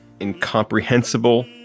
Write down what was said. incomprehensible